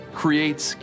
creates